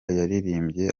yaririmbye